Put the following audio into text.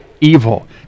evil